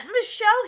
Michelle